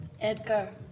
Edgar